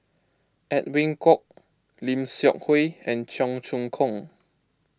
Edwin Koek Lim Seok Hui and Cheong Choong Kong